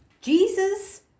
Jesus